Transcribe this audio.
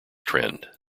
trend